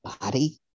body